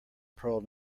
pearl